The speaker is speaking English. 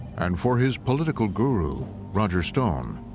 and for his political guru roger stone,